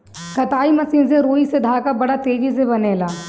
कताई मशीन से रुई से धागा बड़ा तेजी से बनेला